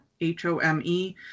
H-O-M-E